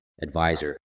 advisor